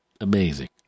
amazing